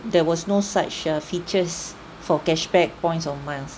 there was no such uh features for cashback points or miles